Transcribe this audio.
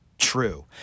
true